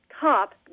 cop